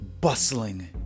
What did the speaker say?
bustling